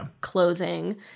clothing